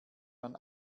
man